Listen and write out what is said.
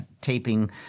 taping